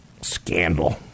scandal